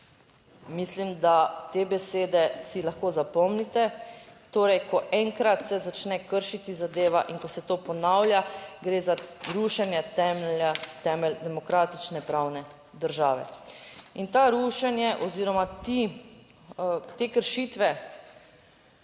mislim, da te besede si lahko zapomnite. Torej, ko enkrat se začne kršiti zadeva in ko se to ponavlja, gre za rušenje temelja, temelj demokratične pravne države. In to rušenje oziroma te kršitve